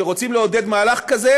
כשרוצים לעודד מהלך כזה